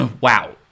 wow